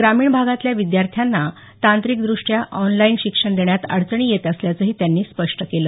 ग्रामीण भागातल्या विद्यार्थ्यांना तांत्रिकद्रष्ट्या ऑनलाईन शिक्षण देण्यात अडचणी येत असल्याचंही त्यांनी स्पष्ट केलं